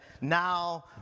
now